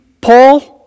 Paul